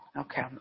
Okay